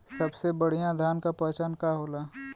सबसे बढ़ियां धान का पहचान का होला?